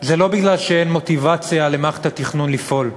לא שאין מוטיבציה למערכת התכנון לפעול.